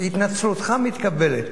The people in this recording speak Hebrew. התנצלותך מתקבלת.